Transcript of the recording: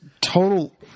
total